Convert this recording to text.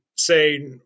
say